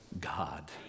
God